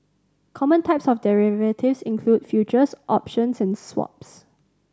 common types of derivatives include futures options and swaps